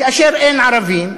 כאשר אין ערבים,